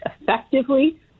effectively